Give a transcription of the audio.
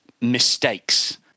mistakes